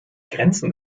grenzen